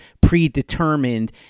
predetermined